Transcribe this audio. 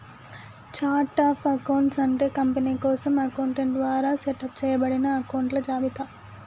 chart of accounts అంటే company కోసం accountant ద్వారా సెటప్ చేయబడిన అకొంట్ల జాబితా